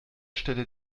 stelle